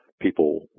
people